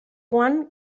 juan